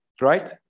right